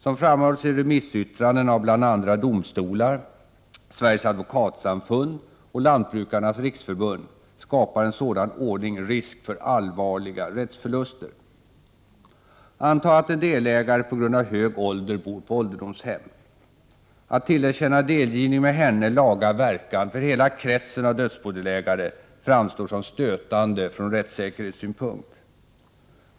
Som framhållits i remissyttranden av domstolar, Sveriges advokatsamfund och Lantbrukarnas riksförbund skapar en sådan ordning risk för allvarliga rättsförluster. Antag att en delägare på grund av hög ålder bor på ålderdomshem. Att tillerkänna delgivning med henne laga verkan för hela kretsen av dödsbodelägare framstår som stötande från rättssäkerhetssynpunkt.